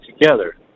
together